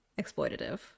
exploitative